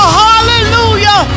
hallelujah